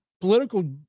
political